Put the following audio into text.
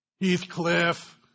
Heathcliff